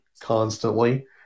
constantly